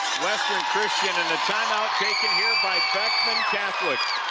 western christian in a time-out taken here by beckman catholic.